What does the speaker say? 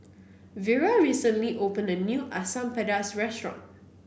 Vira recently opened a new Asam Pedas restaurant